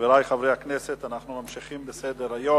חברי חברי הכנסת, אנחנו ממשיכים בסדר-היום: